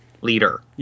leader